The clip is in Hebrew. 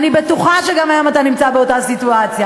אני בטוחה שגם היום אתה נמצא באותה סיטואציה,